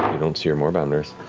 don't see your moorbounders.